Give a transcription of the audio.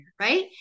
right